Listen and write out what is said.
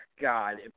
god